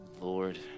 lord